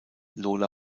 lola